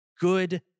Good